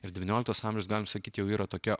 ir devynioliktas amžiaus galim sakyt jau yra tokia